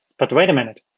but wait a minute.